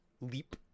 Leap